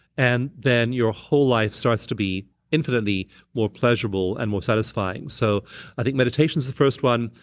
and then your whole life starts to be infinitely more pleasurable and more satisfying. so i think meditation's the first one.